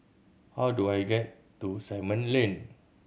how do I get to Simon Lane